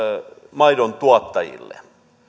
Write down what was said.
maidontuottajille